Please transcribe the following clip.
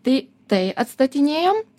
tai tai atstatinėjom